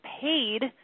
paid